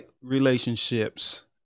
relationships